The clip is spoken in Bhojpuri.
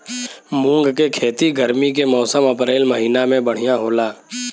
मुंग के खेती गर्मी के मौसम अप्रैल महीना में बढ़ियां होला?